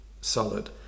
solid